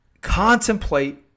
contemplate